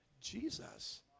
Jesus